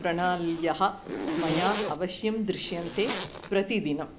प्रणाल्यः मया अवश्यं दृश्यन्ते प्रतिदिनम्